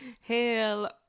Hail